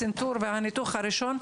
הצנתור והניתוח הראשון,